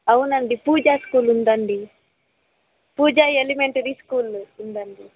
అవును అండి పూజ స్కూల్ ఉందండి పూజ ఎలిమెంటరీ స్కూల్ ఉందండి